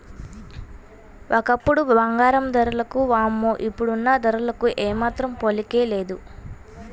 ఒకప్పుడు బంగారం ధరకి వామ్మో ఇప్పుడున్న ధరలకు ఏమాత్రం పోలికే లేదు